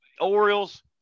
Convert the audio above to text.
Orioles